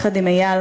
ביחד עם איל,